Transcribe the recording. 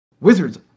Wizards